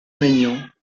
maignan